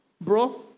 bro